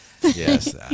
Yes